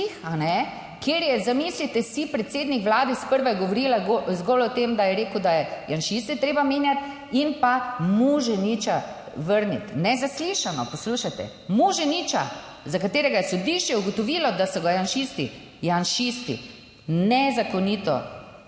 kjer je, zamislite si, predsednik vlade, sprva je govorila zgolj o tem, da je rekel, da je janšiste treba menjati in pa Muženiča vrniti. Nezaslišano! Poslušajte Muženiča, za katerega je sodišče ugotovilo, da so ga janšisti, janšisti nezakonito razrešili